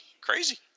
Crazy